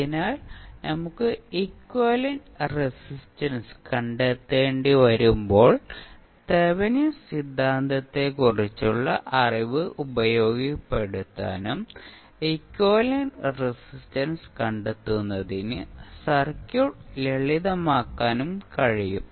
അതിനാൽ നമുക്ക് equivalent resistance കണ്ടെത്തേണ്ടിവരുമ്പോൾ തെവെനിൻസ് സിദ്ധാന്തത്തെക്കുറിച്ചുള്ള അറിവ് ഉപയോഗപ്പെടുത്താനും എക്വിവാലെന്റ് റെസിസ്റ്റൻസ് കണ്ടെത്തുന്നതിന് സർക്യൂട്ട് ലളിതമാക്കാനും കഴിയും